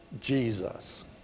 Jesus